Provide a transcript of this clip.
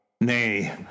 nay